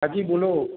હાજી બોલો